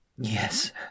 Yes